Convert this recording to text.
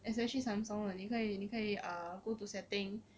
especially samsung 的你可以你可以 ah go to setting